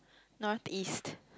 north east